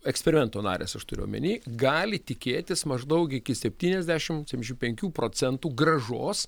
eksperimento narės aš turiu omeny gali tikėtis maždaug iki septyniasdešim septyniašimt penkių procentų grąžos